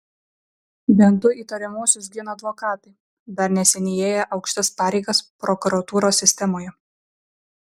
bent du įtariamuosius gina advokatai dar neseniai ėję aukštas pareigas prokuratūros sistemoje